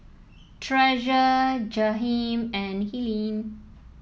Treasure Jaheim and Helene